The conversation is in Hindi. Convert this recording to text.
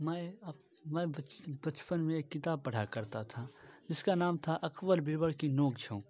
मैं मैं बचपन में किताब पढ़ा करता था इसका नाम था अकबर बीरबल की नोंक झोंक